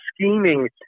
scheming